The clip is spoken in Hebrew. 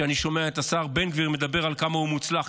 כשאני שומע את השר בן גביר מדבר על כמה הוא מוצלח,